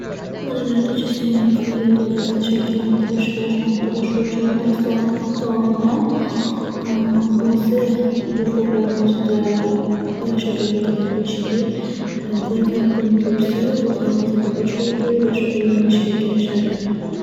Bolalarda jismoniy faoliyat odatini shakllantirish, rivojlantirish uchun dastlab ota-ona o'zi bu faoliyatni o'zida shakllantirgan bo'lishi kerak. Farzand buni ko'rsa u ham qiziqa boshlaydi va shug'ullanishga kirishadi.